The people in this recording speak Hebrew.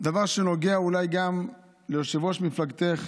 דבר שנוגע אולי גם ליושב-ראש מפלגתך,